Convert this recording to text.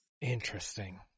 Interesting